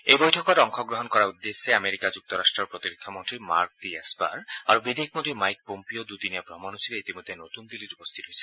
এই বৈঠকত অংশগ্ৰহণ কৰাৰ উদ্দেশ্যে আমেৰিকা যুক্তৰাট্টৰ প্ৰতিৰক্ষা মন্ত্ৰী মাৰ্ক টি এস্পাৰ আৰু বিদেশ মন্ত্ৰী মাইক পম্পীঅ' দূদিনীয়া ভ্ৰমণসূচীৰে ইতিমধ্যে নতুন দিল্লীত উপস্থিত হৈছে